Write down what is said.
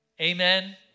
Amen